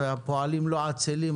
והפועלים לא עצלים,